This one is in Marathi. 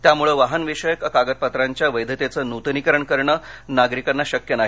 त्यामुळे वाहन विषयक कागदपत्रांच्या वैधतेचे नूतनीकरण करणे नागरिकांना शक्य नाही